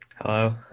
Hello